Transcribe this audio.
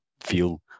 feel